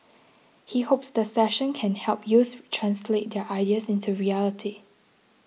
he hopes the session can help youths translate their ideas into reality